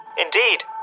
Indeed